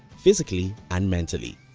physically and mentally.